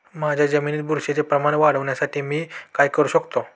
माझ्या जमिनीत बुरशीचे प्रमाण वाढवण्यासाठी मी काय करू शकतो?